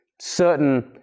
certain